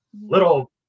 little